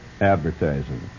advertising